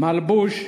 מלבוש,